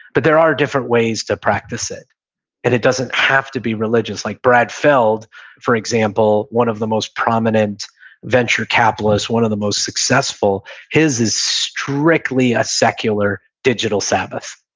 but there are different ways to practice it, and it doesn't have to be religious. like brad feld for example, one of the most prominent venture capitalists, one of the most successful, his is strictly a secular digital sabbath,